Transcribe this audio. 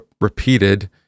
repeated